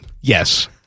yes